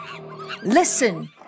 Listen